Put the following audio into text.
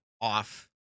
off